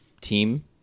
team